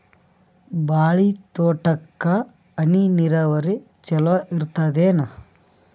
ಬಾಳಿ ತೋಟಕ್ಕ ಹನಿ ನೀರಾವರಿ ಚಲೋ ಇರತದೇನು?